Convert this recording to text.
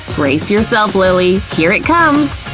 brace yourself, lilly, here it comes!